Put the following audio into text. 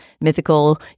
mythical